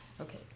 Okay